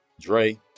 Dre